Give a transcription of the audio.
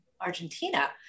Argentina